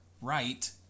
right